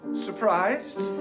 Surprised